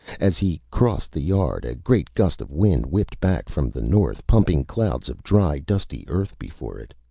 as he crossed the yard, a great gust of wind whipped back from the north, pumping clouds of dry, dusty earth before it.